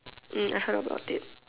mm I heard about it